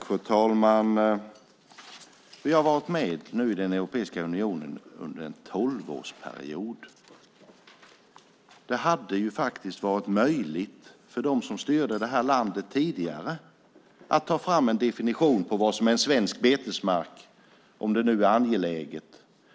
Fru talman! Vi har varit med i Europeiska unionen under en tolvårsperiod. Det hade varit möjligt för dem som styrde landet tidigare att ta fram en definition på vad som är en svensk betesmark om det nu är angeläget.